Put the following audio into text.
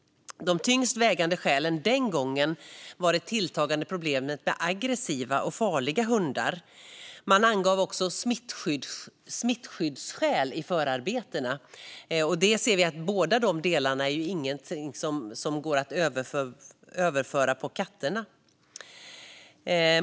De tyngst vägande skälen den gången var det tilltagande problemet med aggressiva och farliga hundar. Man angav också smittskyddsskäl i förarbetena. Inget av detta går att överföra på katter.